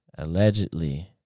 Allegedly